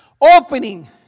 opening